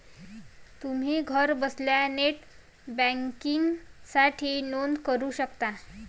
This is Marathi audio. तुम्ही घरबसल्या नेट बँकिंगसाठी नोंदणी करू शकता